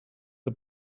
the